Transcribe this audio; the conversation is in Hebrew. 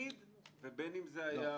תמיד - ובין אם זה היה